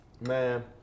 Man